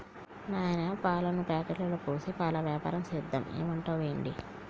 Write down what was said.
నాయనా పాలను ప్యాకెట్లలో పోసి పాల వ్యాపారం సేద్దాం ఏమంటావ్ ఏంటి